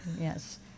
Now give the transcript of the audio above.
Yes